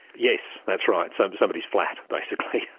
yes, that's right, so somebody's flat basically.